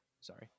sorry